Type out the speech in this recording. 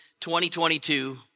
2022